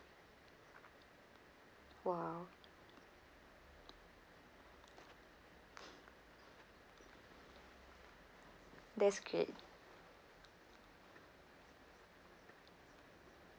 !wow! that's great